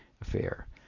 affair